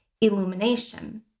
illumination